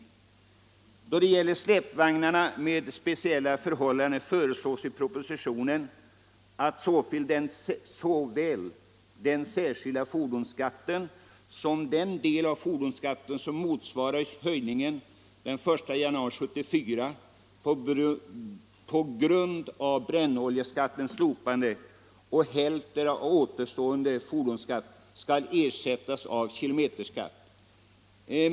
Då det gäller släpvagnarna med speciella förhållanden föreslogs i propositionen att såväl den särskilda fordonsskatten som den del av fordonsskatten som motsvarar höjningen den 1 januari 1974 på grund av brännoljeskattens slopande och hälften av återstående fordonsskatt skall ersättas av kilometerskatt.